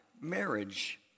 marriage